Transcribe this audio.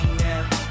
now